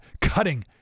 cutting